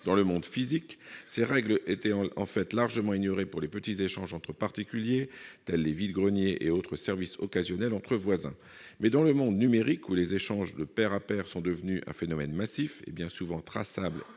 Dans le monde « physique », ces règles étaient en fait largement ignorées pour les petits échanges entre les particuliers, dans le cadre de vide-greniers ou d'autres services occasionnels entre voisins. Mais dans le monde « numérique », où les échanges de pair à pair sont devenus un phénomène massif, et bien souvent traçable